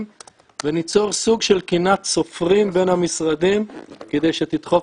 וניצור סוג של קנאת סופרים בין המשרדים כדי שתדחוף